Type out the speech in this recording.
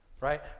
Right